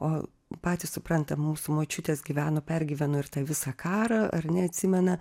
o patys suprantam mūsų močiutės gyveno pergyveno ir tą visą karą ar ne atsimena